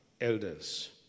elders